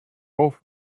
both